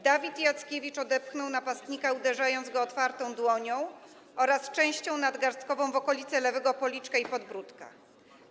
Dawid Jackiewicz odepchnął napastnika, uderzając go otwartą dłonią oraz częścią nadgarstkową w okolice lewego policzka i podbródka.